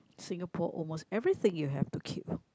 Singapore almost everything you have to keep